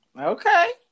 Okay